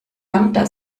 lambda